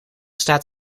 staat